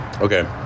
Okay